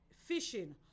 fishing